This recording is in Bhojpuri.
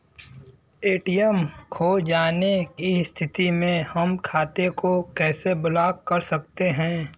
ए.टी.एम खो जाने की स्थिति में हम खाते को कैसे ब्लॉक कर सकते हैं?